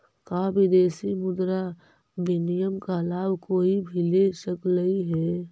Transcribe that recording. का विदेशी मुद्रा विनिमय का लाभ कोई भी ले सकलई हे?